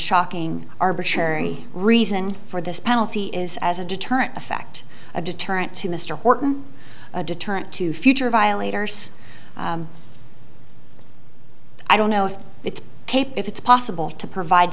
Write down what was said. shocking arbitrary reason for this penalty is as a deterrent effect a deterrent to mr horton a deterrent to future violators i don't know if it's tape if it's possible to provide